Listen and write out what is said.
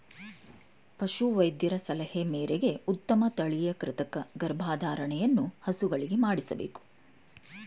ಪಶು ವೈದ್ಯರ ಸಲಹೆ ಮೇರೆಗೆ ಉತ್ತಮ ತಳಿಯ ಕೃತಕ ಗರ್ಭಧಾರಣೆಯನ್ನು ಹಸುಗಳಿಗೆ ಮಾಡಿಸಬೇಕು